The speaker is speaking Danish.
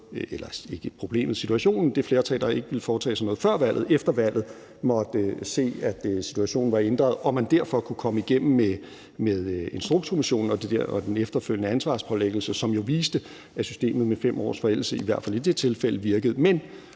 Instrukskommissionen, nemlig at det flertal, som ikke ville foretage sig noget før valget, måtte se, at situationen var ændret efter valget, så man derfor kunne komme igennem med Instrukskommissionen og den efterfølgende ansvarspålæggelse, som jo viste, at systemet med 5 års forældelse i hvert fald i det tilfælde virkede. Men